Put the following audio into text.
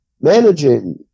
managing